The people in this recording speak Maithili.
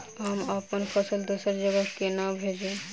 हम अप्पन फसल दोसर जगह कोना भेजू?